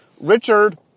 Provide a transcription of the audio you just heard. Richard